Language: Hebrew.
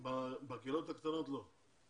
בקהילות הקטנות לא.